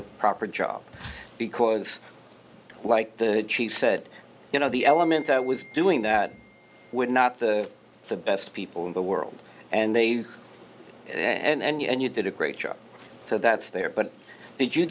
a proper job because like the chief said you know the element that was doing that would not the the best people in the world and they did and you did a great job so that's there but did you